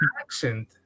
accent